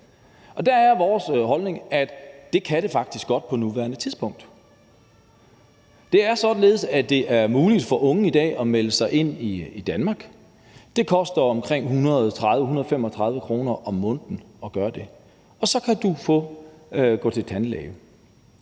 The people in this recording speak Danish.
Der er vores holdning, at det kan det faktisk godt på nuværende tidspunkt. Det er således, at det er muligt for unge i dag at melde sig ind i Danmark. Det koster omkring 130-135 kr. om måneden at gøre det, og så kan man gå til tandlægen